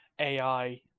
ai